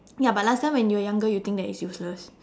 ya but last time when you were younger you think that it's useless